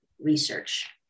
research